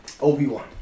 Obi-Wan